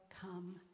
come